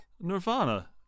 nirvana